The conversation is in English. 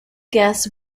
guess